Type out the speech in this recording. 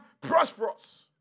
prosperous